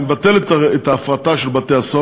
אני מבטלת את ההפרטה של בתי-הסוהר,